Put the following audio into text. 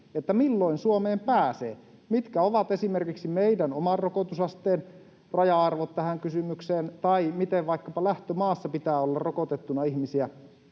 Milloin Suomeen pääsee? Mitkä ovat esimerkiksi meidän oman rokotusasteemme raja-arvot tähän kysymykseen, tai miten vaikkapa lähtömaassa pitää olla rokotettuna ihmisiä,